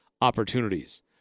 opportunities